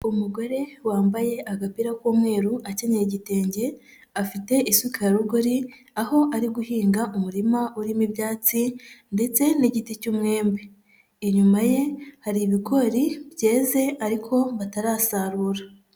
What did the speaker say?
Umugore wambaye agapira k'umweru akenyeye igitenge, afite isuka ya rugori, aho ari guhinga umurima urimo ibyatsi ndetse n'igiti cy'umwembe. Inyuma ye hari ibigori byeze ariko batarasarura.